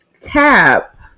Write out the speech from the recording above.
tap